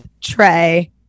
Trey